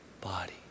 body